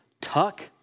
tuck